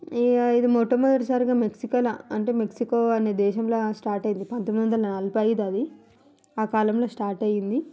ఇంకా ఇది మొట్టమొదటిసారిగా మెక్సీకోలో అంటే మెక్సికో అనే దేశంలో స్టార్ట్ అయింది పంతొమ్మిది వందల నలభై ఐదు అది ఆ కాలంలో స్టార్ట్ అయ్యింది